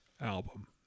album